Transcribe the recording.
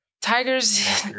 Tigers